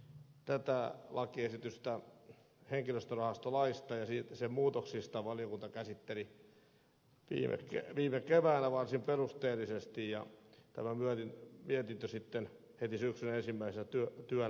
tätä lakiesitystä henkilöstörahastolaista ja sen muutoksista valiokunta käsitteli viime keväänä varsin perusteellisesti ja tämä mietintö sitten heti syksyn ensimmäisenä työnä tehtiin